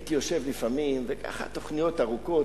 הייתי יושב לפעמים והתוכניות ארוכות,